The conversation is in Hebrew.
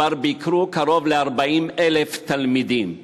כבר ביקרו בו קרוב ל-40,000 תלמידים.